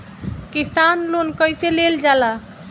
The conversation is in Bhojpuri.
किसान लोन कईसे लेल जाला?